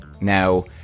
Now